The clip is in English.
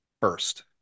first